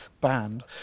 banned